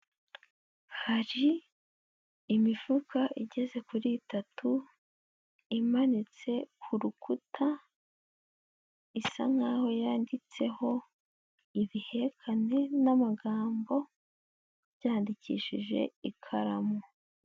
Hari imifuka igeze kuri itatu, imanitse ku rukuta, bisa nk'aho yanditseho ibihekane n'amagambo, byandikishije ikaramu.